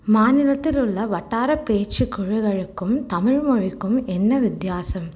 மாநிலத்தில் உள்ள வட்டார பேச்சு குழுகளுக்கும் தமிழ்மொழிக்கும் என்ன வித்தியாசம்